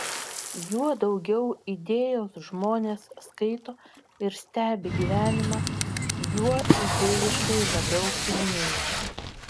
juo daugiau idėjos žmonės skaito ir stebi gyvenimą juo idėjiškai labiau pilnėja